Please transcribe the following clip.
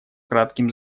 кратким